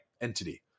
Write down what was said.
entity